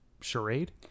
charade